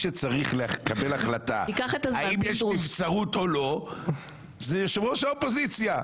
שצריך לקבל החלטה האם יש נבצרות או לא זה יושב ראש האופוזיציה.